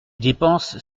dépenses